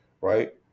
right